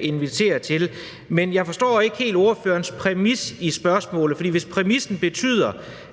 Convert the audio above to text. inviterer til. Men jeg forstår ikke helt ordførerens præmis i spørgsmålet. For hvis præmissen betyder,